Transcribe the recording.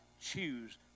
choose